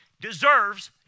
deserves